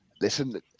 listen